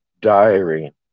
diary